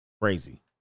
Crazy